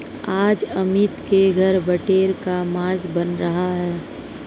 आज अमित के घर बटेर का मांस बन रहा है